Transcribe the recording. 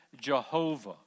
Jehovah